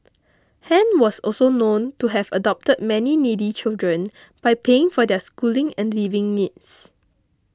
Han was also known to have adopted many needy children by paying for their schooling and living needs